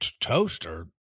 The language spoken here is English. toaster